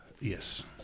yes